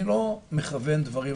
אני לא מכוון דברים,